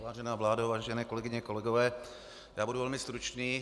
Vážená vládo, vážené kolegyně, kolegové, budu velmi stručný.